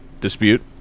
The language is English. dispute